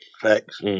Facts